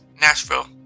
Nashville